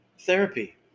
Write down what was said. therapy